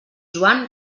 joan